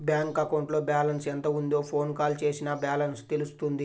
bank అకౌంట్లో balance ఎంత ఉందో ఫోన్ కాల్ చేసినా బ్యాలెన్స్ తెలుస్తుంది